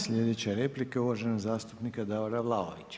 Sljedeća replika, uvaženog zastupnika Davora Vlaovića.